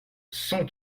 cent